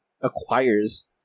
acquires